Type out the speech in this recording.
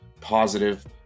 positive